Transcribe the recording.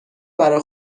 برا